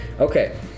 Okay